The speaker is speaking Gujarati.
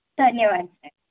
ધન્યવાદ સાહેબ